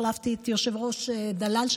החלפתי את היושב-ראש דלל,